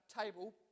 table